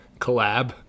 collab